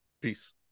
Peace